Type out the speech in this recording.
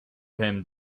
him